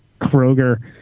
Kroger